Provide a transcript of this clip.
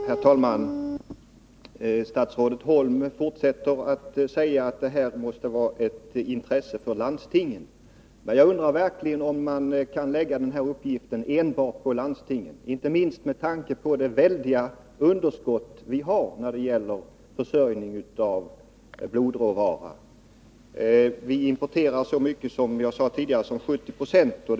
Herr talman! Statsrådet Holm fortsätter att säga att det här främst är en angelägenhet för landstingen. Jag undrar verkligen — inte minst med tanke på det väldiga underskott vi har när det gäller försörjningen av blodråvara — om man kan lägga denna uppgift enbart på landstingen. Vi importerar, som jag tidigare sade, så mycket som 70 26.